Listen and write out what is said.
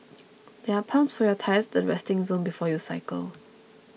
there are pumps for your tyres at the resting zone before you cycle